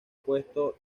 puesto